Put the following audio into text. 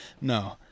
No